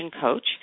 Coach